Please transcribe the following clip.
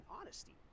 honesty